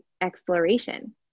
exploration